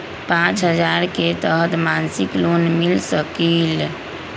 पाँच हजार के तहत मासिक लोन मिल सकील?